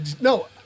No